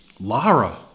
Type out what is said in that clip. Lara